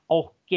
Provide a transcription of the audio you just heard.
och